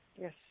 Yes